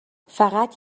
فقط